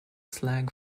slang